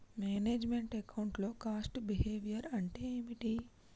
Manage meant account లో cost behaviour అంటే ఏమిటి?